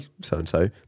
so-and-so